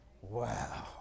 Wow